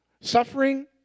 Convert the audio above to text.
Suffering